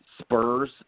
Spurs